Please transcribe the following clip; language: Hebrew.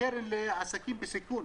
לקרן לעסקים בסיכון,